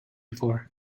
before